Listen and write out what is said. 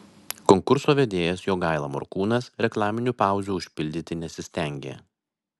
konkurso vedėjas jogaila morkūnas reklaminių pauzių užpildyti nesistengė